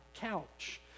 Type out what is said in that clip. couch